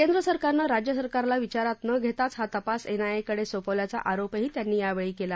केंद्र सरकारनं राज्य सरकारला विचारात न घेताच हा तपास एन आय ए कडे सोपवल्याचा आरोपही त्यांनी यावेळी केला